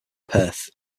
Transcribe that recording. perth